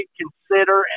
consider